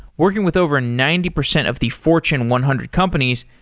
working with over ninety percent of the fortune one hundred companies,